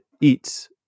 eats